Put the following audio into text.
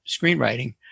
screenwriting